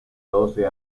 doce